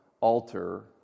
altar